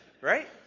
right